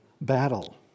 battle